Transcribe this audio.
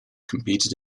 competed